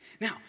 Now